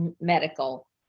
medical